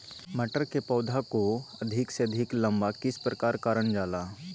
मटर के पौधा को अधिक से अधिक लंबा किस प्रकार कारण जाला?